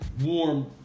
warm